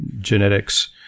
genetics